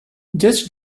just